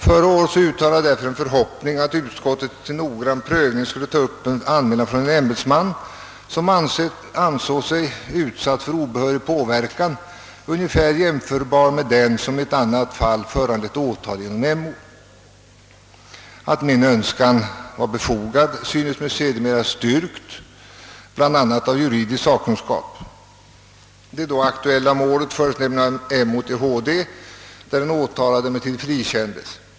Förra året uttalade jag därför en förhoppning att utskottet till noggrann prövning skulle ta upp en anmälan från en ämbetsman som ansåg sig utsatt för »obehörig påverkan», ungefär jämförbar med den som i ett annat fall föranlett åtal genom MO. Att min önskan var befogad synes mig sedermera styrkt, bl.a. av juridisk sakkunskap. Det då aktuella målet fördes nämligen av MO till HD, där den åtalade emellertid frikändes.